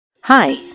Hi